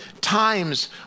times